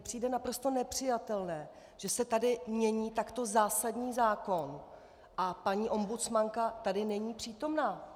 Přijde mi naprosto nepřijatelné, že se tady mění takto zásadní zákon a paní ombudsmanka tady není přítomna.